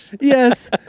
Yes